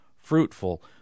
fruitful